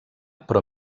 però